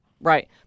Right